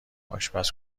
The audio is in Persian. آشپز